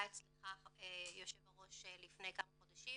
אצלך אדוני יושב הראש לפני כמה חודשים